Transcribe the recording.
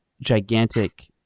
gigantic